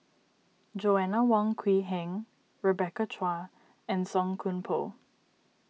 Joanna Wong Quee Heng Rebecca Chua and Song Koon Poh